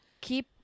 Keep